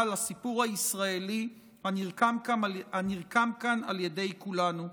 על הסיפור הישראלי הנרקם כאן על ידי כולנו.